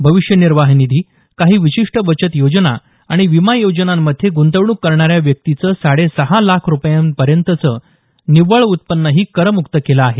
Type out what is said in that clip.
भविष्य निर्वाह निधी काही विशिष्ट बचत योजना आणि विमा योजनांमध्ये गूंतवणूक करणाऱ्या व्यक्तींचं साडे सहा लाख रुपयांपर्यंतचं निव्वळ उत्पन्नही करमुक्त केलं आहे